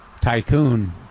tycoon